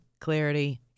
clarity